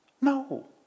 No